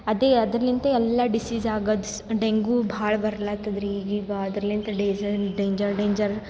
ಅದೇ ಅದರಲಿಂತೆ ಎಲ್ಲ ಡಿಸೀಸ್ ಆಗೋದ್ ಸ್ ಡೆಂಗೂ ಭಾಳ ಬರ್ಲಾತ್ತಾದ್ರೀ ಈಗೀಗ ಅದರಲೆಂತ್ ಡೇಝರ್ ಡೇಂಜರ್ ಡೇಂಜರ್